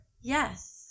Yes